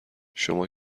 شما